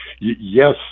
yes